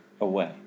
away